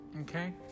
Okay